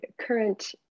current